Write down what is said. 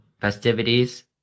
festivities